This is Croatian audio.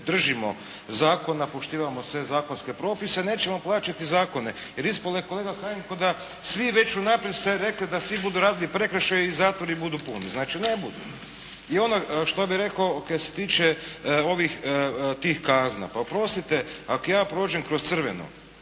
držimo zakona, poštivamo sve zakonske propise nećemo plaćati zakone, jer ispalo je kolega Kajin ko'da svi već unaprijed ste rekli da svi budu radili prekršaj i zatvori budu puni, znači ne budu. I ono što bi rekao kaj se tiče ovih, tih kazna. Pa oprostite ako ja prođem kroz crveno,